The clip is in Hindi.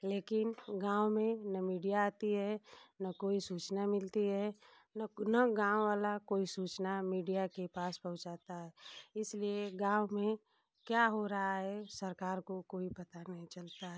लेकिन गाँव में न मीडिया आती है न कोई सूचना मिलती है न न गाँव वाला कोई सूचना मीडिया के पास पहुँचाता है इसलिए गाँव में क्या हो रहा है सरकार को कोई पता नहीं चलता है